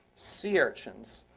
sea urchins,